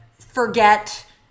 forget